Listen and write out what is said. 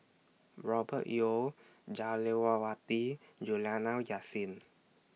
Robert Yeo Jah Lelawati Juliana Yasin